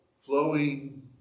flowing